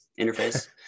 interface